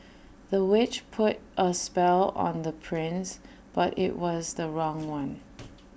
the witch put A spell on the prince but IT was the wrong one